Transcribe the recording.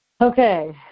Okay